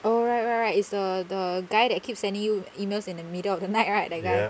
oh right right right is the the guy that keeps sending you emails in the middle of the night right that guy